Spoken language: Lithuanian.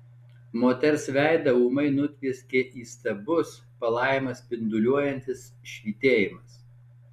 moters veidą ūmai nutvieskė įstabus palaimą spinduliuojantis švytėjimas